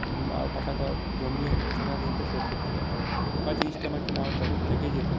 টাকাটা জমিয়ে সেখানে ঋণটা শোধ করতে পারতাম বা জিনিসটা আমার কেনা থেকেই যেতো